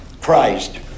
Christ